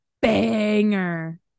Banger